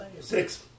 Six